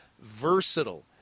versatile